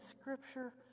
scripture